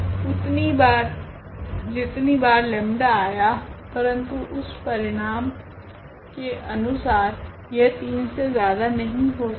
उतनी बार जितनी बार 𝜆 आया है परंतु उस परिणाम के अनुसार यह 3 से ज्यादा नहीं हो सकते